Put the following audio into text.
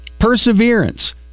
perseverance